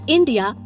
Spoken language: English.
India